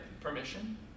permission